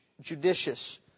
judicious